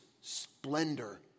splendor